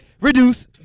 Reduce